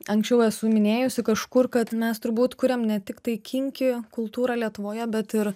anksčiau esu minėjusi kažkur kad mes turbūt kuriam ne tiktai kinki kultūrą lietuvoje bet ir